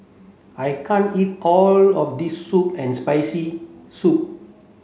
I can't eat all of this sour and spicy soup